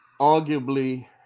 Arguably